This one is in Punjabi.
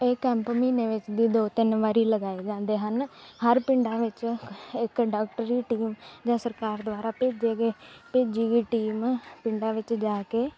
ਇਹ ਕੈਂਪ ਮਹੀਨੇ ਵਿੱਚ ਦੀ ਦੋ ਤਿੰਨ ਵਾਰੀ ਲਗਾਏ ਜਾਂਦੇ ਹਨ ਹਰ ਪਿੰਡਾਂ ਵਿੱਚ ਇੱਕ ਡਾਕਟਰੀ ਟੀਮ ਜਾਂ ਸਰਕਾਰ ਦੁਆਰਾ ਭੇਜੇ ਗਏ ਭੇਜੀ ਗਈ ਟੀਮ ਪਿੰਡਾਂ ਵਿੱਚ ਜਾ ਕੇ